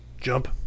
jump